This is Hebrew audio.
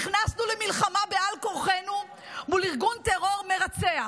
נכנסנו למלחמה בעל כורחנו מול ארגון טרור מרצח.